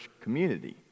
community